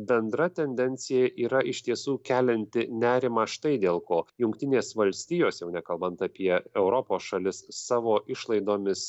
bendra tendencija yra iš tiesų kelianti nerimą štai dėl ko jungtinės valstijos jau nekalbant apie europos šalis savo išlaidomis